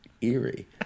eerie